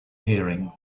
hearing